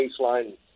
baseline